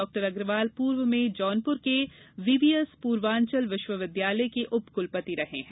डॉ अग्रवाल पूर्व में जौनपुर के वीबीएस पूर्वांचल विश्वविद्यालय के उप कुलपति रहे हैं